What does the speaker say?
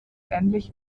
ähnlich